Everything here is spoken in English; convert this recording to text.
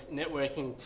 networking